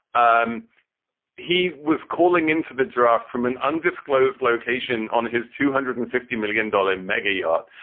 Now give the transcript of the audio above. um he was calling into the draft from an undisclosed location on his two hundred and fifty million dollar mega yacht.